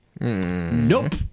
Nope